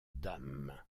dames